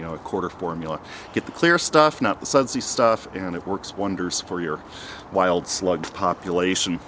you know a quarter formula get the clear stuff not the sudsy stuff and it works wonders for your wild slug population